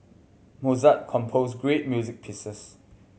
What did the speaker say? Mozart composed great music pieces